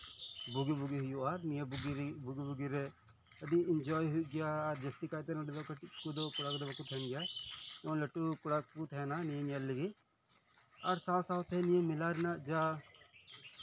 ᱵᱩᱜᱤ ᱵᱩᱜᱤ ᱦᱩᱭᱩᱜᱼᱟ ᱱᱤᱭᱟᱹ ᱵᱩᱜᱤ ᱞᱟᱹᱜᱤᱫ ᱵᱩᱜᱤ ᱵᱩᱜᱤᱨᱮ ᱟᱹᱰᱤ ᱤᱱᱡᱚᱭ ᱦᱩᱭᱩᱜ ᱜᱮᱭᱟ ᱟᱨ ᱡᱟᱹᱥᱛᱤ ᱠᱟᱭᱛᱮ ᱠᱟᱹᱴᱤᱡ ᱠᱚᱫᱚ ᱠᱚᱲᱟ ᱜᱤᱫᱽᱨᱟᱹ ᱵᱟᱠᱚ ᱛᱟᱦᱮᱱ ᱜᱮᱭᱟ ᱞᱟᱹᱴᱩ ᱠᱚᱲᱟ ᱠᱚᱠᱚ ᱛᱟᱦᱮᱱᱟ ᱱᱤᱭᱟᱹ ᱧᱮᱞ ᱞᱟᱹᱜᱤᱫ ᱟᱨ ᱥᱟᱶ ᱥᱟᱶᱛᱮ ᱱᱤᱭᱟᱹ ᱢᱮᱞᱟ ᱨᱮᱭᱟᱜ ᱡᱟ